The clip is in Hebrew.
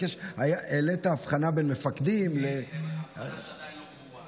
אבל העלית הבחנה בין מפקדים זו הבחנה שעדיין לא ברורה.